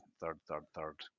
third-third-third